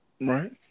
Right